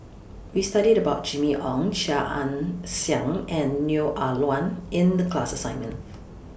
We studied about Jimmy Ong Chia Ann Siang and Neo Ah Luan in The class assignment